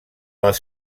les